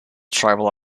tribal